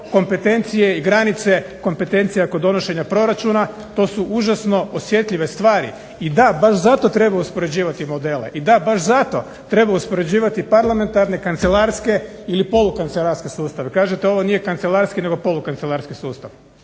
Kompetencije i granice kompetencija kod donošenja proračuna, to su užasno osjetljive stvari. I da, baš zato treba uspoređivati modele, i da baš zato treba uspoređivati parlamentarne, kancelarske ili polu kancelarske sustave. Kažete ovo nije kancelarski, nego polu kancelarski sustav,